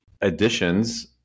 additions –